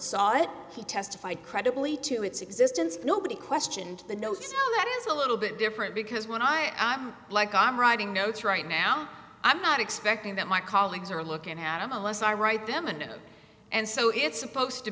saw it he testified credibly to its existence nobody questioned the no sound that is a little bit different because when i am like i'm writing notes right now i'm not expecting that my colleagues are looking at them unless i write them and and so it's supposed to